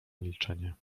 milczenie